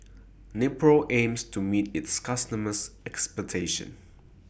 Nepro aims to meet its customers' expectations